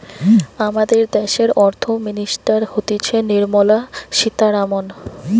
আমাদের দ্যাশের অর্থ মিনিস্টার হতিছে নির্মলা সীতারামন